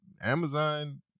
Amazon